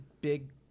big